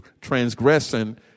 transgressing